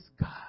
God